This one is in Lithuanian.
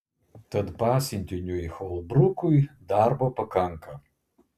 tad pasiuntiniui holbrukui darbo pakanka